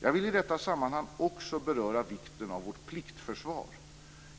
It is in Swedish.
Jag vill i detta sammanhang också beröra vikten av vårt pliktförsvar.